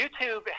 YouTube